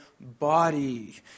body